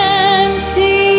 empty